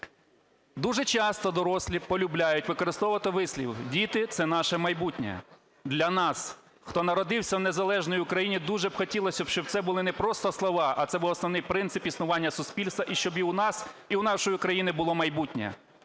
"Дуже часто дорослі полюбляють використовувати вислів: "діти – це наше майбутнє". Для нас, хто народився в незалежній Україні, дуже б хотілося, щоб це були не просто слова, а це був основний принцип існування суспільства, і щоб і у нас, і у нашої країни було майбутнє.